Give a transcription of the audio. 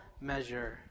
measure